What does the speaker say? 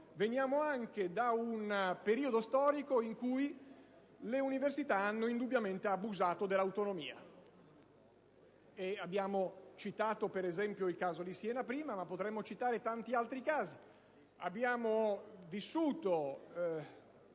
veniamo anche da un periodo storico in cui le università hanno indubbiamente abusato dell'autonomia: abbiamo citato il caso di Siena, ma potremmo citarne tanti altri. Abbiamo vissuto